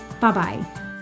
Bye-bye